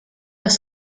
los